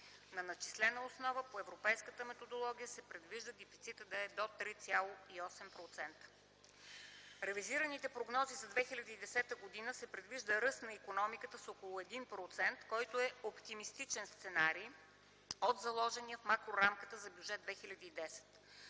На начислена основа по европейската методология се предвижда дефицитът да е до 3,8%. Ревизираните прогнози за 2010 г. предвиждат ръст на икономиката с около 1%, което е по-оптимистичен сценарий от заложения в макрорамката на Бюджет 2010